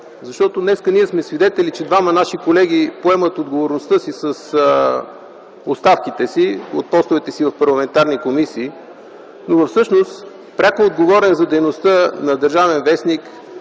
Днес ние сме свидетели, че двама наши колеги поемат отговорността си с оставките от постовете си в парламентарни комисии, но всъщност пряко отговорен за дейността на „Държавен вестник”